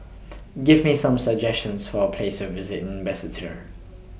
Give Me Some suggestions For Places to visit in Basseterre